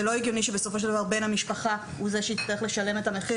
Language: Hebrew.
זה לא הגיוני שבסופו של דבר בן המשפחה הוא זה שיצטרך לשלם את המחיר